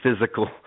physical